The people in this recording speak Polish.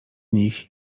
nich